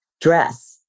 dress